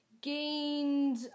gained